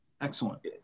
Excellent